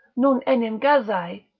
non enim gazae,